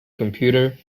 computer